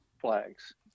flags